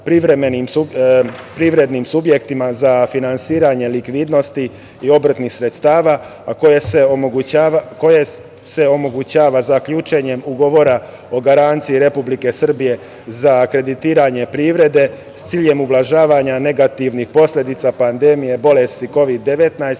privrednim subjektima za finansiranje likvidnosti i obrtnih sredstava, a koja se omogućava zaključenjem ugovora o garanciji Republike Srbije za kreditiranje privrede s ciljem ublažavanja negativnih posledica pandemije bolesti Kovid